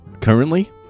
currently